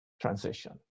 transition